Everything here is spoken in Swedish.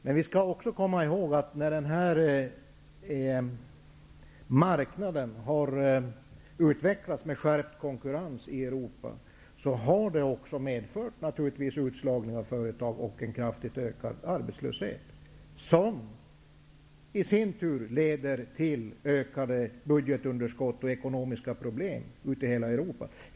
Men vi skall komma ihåg att när marknaden har utvecklats, med skärpt konkurrens i Europa, har det också medfört utslagning av företag och en kraftig ökning av arbetslösheten. Det leder i sin tur till ökade budgetunderskott och ekonomiska problem i hela Europa.